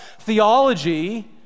theology